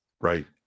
right